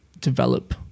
develop